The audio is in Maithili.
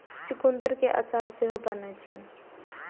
चुकंदर केर अचार सेहो बनै छै